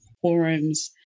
forums